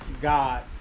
God